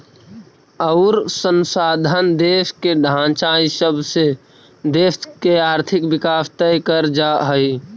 अउर संसाधन, देश के ढांचा इ सब से देश के आर्थिक विकास तय कर जा हइ